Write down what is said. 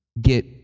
get